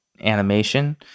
animation